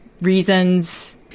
reasons